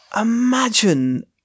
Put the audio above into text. Imagine